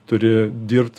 turi dirbt